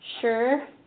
Sure